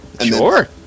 Sure